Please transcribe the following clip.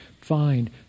find